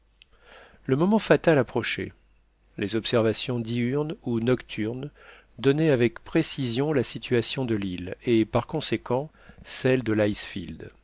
le moment fatal approchait les observations diurnes ou nocturnes donnaient avec précision la situation de l'île et par conséquent celle de l'icefield